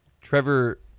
Trevor